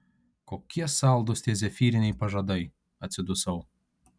kokie saldūs tie zefyriniai pažadai atsidusau